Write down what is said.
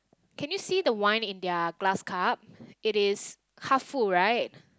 can you see the wine in they're glass cup it is half full right